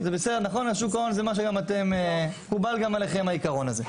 שוק ההון, מקובל גם עליכם העיקרון הזה.